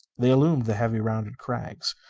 they illumined the heavy rounded crags.